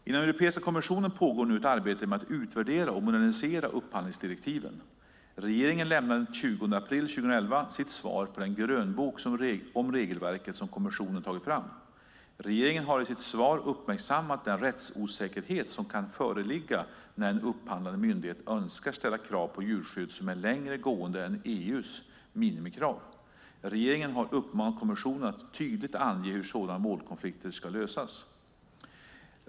Inom Europeiska kommissionen pågår nu ett arbete med att utvärdera och modernisera upphandlingsdirektiven. Regeringen lämnade den 20 april 2011 sitt svar på den grönbok om regelverket som kommissionen tagit fram. Regeringen har i sitt svar uppmärksammat den rättsosäkerhet som kan föreligga när en upphandlande myndighet önskar ställa krav på djurskydd som är längre gående än EU:s minimikrav. Regeringen har uppmanat kommissionen att tydligt ange hur sådana målkonflikter ska lösas.